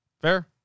Fair